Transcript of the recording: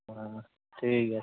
ᱚ ᱴᱷᱤᱠ ᱜᱮᱭᱟ